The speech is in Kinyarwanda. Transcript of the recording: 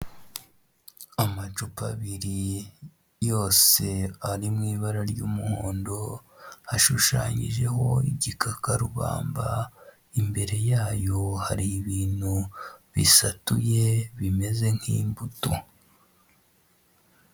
Amacupa abiri yose ari mu ibara ry'umuhondo ashushanyijeho igikakarubamba, imbere yayo hari ibintu bisatuye bimeze nk'imbuto.